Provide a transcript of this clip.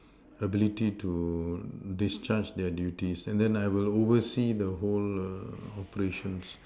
ability to discharge their duties and then I will oversee the whole err operations